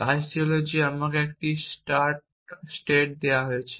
কাজটি হল যে আমাকে একটি স্টার্ট স্টেট দেওয়া হয়েছে